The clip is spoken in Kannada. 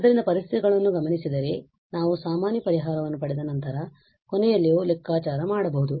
ಆದ್ದರಿಂದ ಪರಿಸ್ಥಿತಿಗಳನ್ನು ಗಮನಿಸಿದರೆ ನಾವು ಸಾಮಾನ್ಯ ಪರಿಹಾರವನ್ನು ಪಡೆದ ನಂತರ ಕೊನೆಯಲ್ಲಿಯೂ ಲೆಕ್ಕಾಚಾರ ಮಾಡಬಹುದು